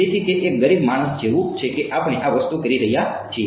તેથી તે એક ગરીબ માણસ જેવું છે કે આપણે આ વસ્તુ કરી રહ્યા છીએ